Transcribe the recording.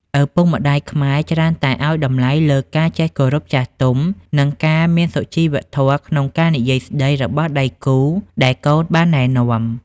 ឪពុកម្ដាយខ្មែរច្រើនតែឱ្យតម្លៃលើការចេះគោរពចាស់ទុំ និងការមានសុជីវធម៌ក្នុងការនិយាយស្តីរបស់ដៃគូដែលកូនបានណែនាំ។